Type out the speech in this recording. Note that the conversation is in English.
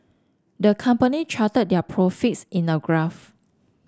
the company charted their profits in a graph